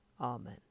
Amen